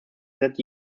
that